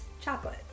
chocolate